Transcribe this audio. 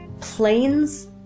planes